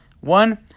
One